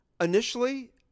initially